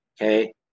okay